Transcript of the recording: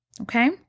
Okay